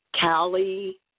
Callie